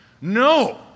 No